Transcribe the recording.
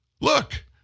Look